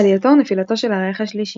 עלייתו ונפילתו של הרייך השלישי